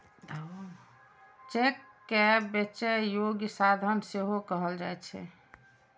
cheque कें बेचै योग्य साधन सेहो कहल जाइ छै